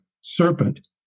serpent